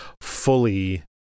fully